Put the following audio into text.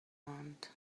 want